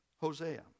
Hosea